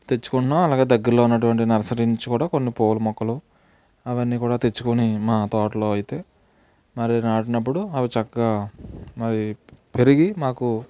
తెచ్చుకున్న అలాగే దగ్గర్లో ఉన్నటువంటి నర్సరీ నుంచి కూడా కొన్ని పూల మొక్కలు అవన్నీ కూడా తెచ్చుకుని మా తోటలో అయితే మరి నాటినప్పుడు అవి చక్కగా మరి పెరిగి మాకు